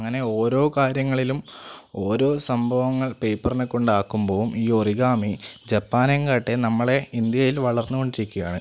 അങ്ങനെ ഓരോ കാര്യങ്ങളിലും ഓരോ സംഭവങ്ങൾ പേപ്പറിനെ കൊണ്ട് ഉണ്ടാക്കുമ്പോൾ ഈ ഒറിഗാമി ജപ്പാനെയും കാട്ടിൽ നമ്മളുടെ ഇന്ത്യയിൽ വളർന്ന് കൊണ്ടിരിക്കുകയാണ്